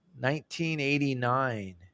1989